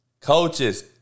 Coaches